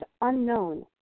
unknown